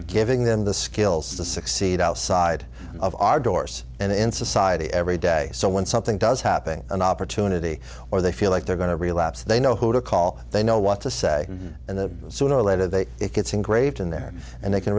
giving them the skills to succeed outside of our doors and in society every day so when something does happen an opportunity or they feel like they're going to relapse they know who to call they know what to say and the sooner or later they it gets engraved in there and they can